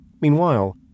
Meanwhile